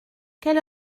quelle